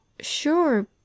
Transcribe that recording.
sure